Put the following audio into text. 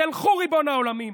תלכו, ריבון העולמים.